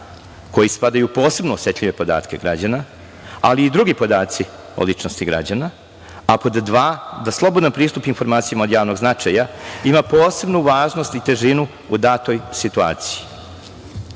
koji spadaju u posebno osetljive podatke građana, ali i drugi podaci o ličnosti građana, a pod dva, da slobodan pristup informacijama od javnog značaja ima posebnu važnost i težinu u datoj situaciji. Što